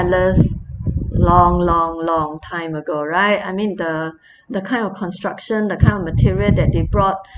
palace long long long time ago right I mean the the kind of construction the kind of material that they brought